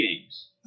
games